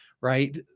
right